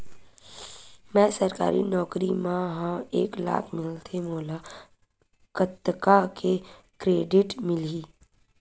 मैं सरकारी नौकरी मा हाव एक लाख मिलथे मोला कतका के क्रेडिट मिलही?